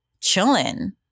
chilling